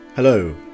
Hello